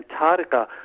Antarctica